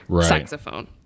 saxophone